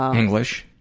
um english.